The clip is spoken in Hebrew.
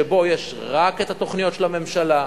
שבו יש רק התוכניות של הממשלה,